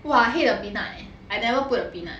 !wah! I hate the peanut eh I never put the peanut